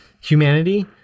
humanity